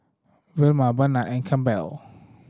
Velma Barnard and Campbell